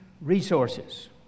Resources